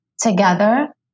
together